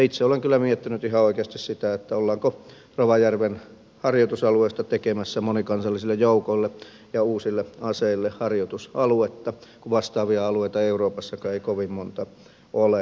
itse olen kyllä miettinyt ihan oikeasti sitä ollaanko rovajärven harjoitusalueesta tekemässä monikansallisille joukoille ja uusille aseille harjoitusaluetta kun vastaavia alueita euroopassakaan ei kovin monta ole